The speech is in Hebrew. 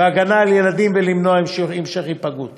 ולהגנה על הילדים ולמנוע המשך היפגעות.